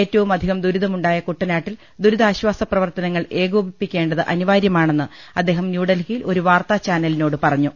ഏറ്റവുമ ധികം ദുരിതമുണ്ടായ കുട്ടനാട്ടിൽ ദുരിതാശ്ചാസ പ്രവർത്തന ങ്ങൾ ഏകോപിപ്പിക്കേണ്ടത് അനിവാര്യമാണെന്ന് അദ്ദേഹം ന്യൂഡൽഹിയിൽ ഒരു വാർത്താ ചാനലിനോട് പറഞ്ഞു